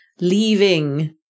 leaving